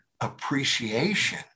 appreciation